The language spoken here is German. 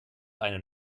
einen